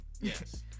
yes